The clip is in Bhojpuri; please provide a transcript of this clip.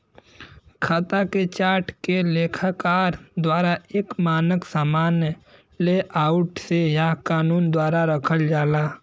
खाता के चार्ट के लेखाकार द्वारा एक मानक सामान्य लेआउट से या कानून द्वारा रखल जाला